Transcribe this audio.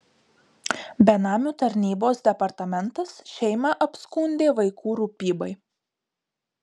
benamių tarnybos departamentas šeimą apskundė vaikų rūpybai